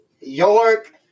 York